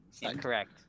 Incorrect